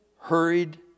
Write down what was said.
hurried